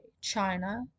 China